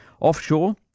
offshore